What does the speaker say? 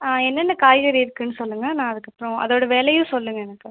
ஆ என்னென்ன காய்கறி இருக்குதுன்னு சொல்லுங்கள் நான் அதுக்கப்புறோம் அதோடய விலையும் சொல்லுங்கள் எனக்கு